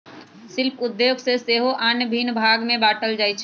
शिल्प उद्योग के सेहो आन भिन्न भाग में बाट्ल जाइ छइ